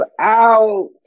out